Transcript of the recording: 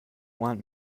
want